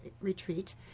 retreat